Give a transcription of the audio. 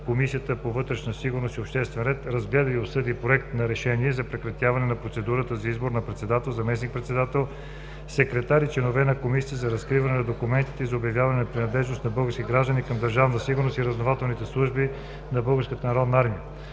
Комисията по вътрешна сигурност и обществен ред разгледа и обсъди Проект на решение за прекратяване на процедурата за избор на председател, заместник- председател, секретар и членове на Комисията за разкриване на документите и за обявяване на принадлежност на български граждани към Държавна сигурност и разузнавателните служби на Българската народна армия